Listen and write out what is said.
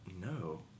No